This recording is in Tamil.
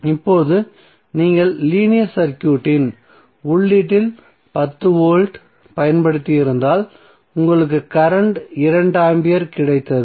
இப்போது நீங்கள் லீனியர் சர்க்யூட்டின் உள்ளீட்டில் 10 வோல்ட் பயன்படுத்தியிருந்தால் உங்களுக்கு கரண்ட்ம் 2 ஆம்பியர் கிடைத்தது